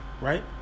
right